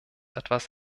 etwas